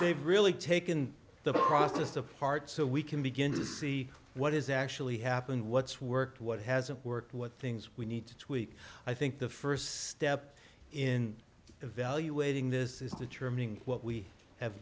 they've really taken the process apart so we can begin to see what is actually happened what's worked what hasn't worked what things we need to tweak i think the first step in evaluating this is determining what we have